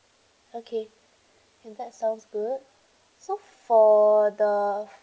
okay okay that sounds good so for the